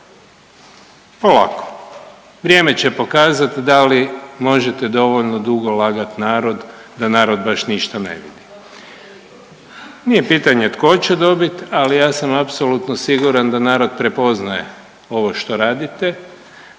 polako, vrijeme će pokazat da li možete dovoljno dugo lagat narod da narod baš ništa ne vidi. …/Upadica iz klupe se ne razumije/…. Nije pitanje tko će dobit, ali ja sam apsolutno siguran da narod prepoznaje ovo što radite